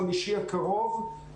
בוקר טוב לכם מהכנסת.